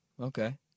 okay